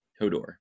Hodor